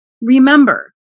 Remember